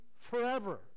forever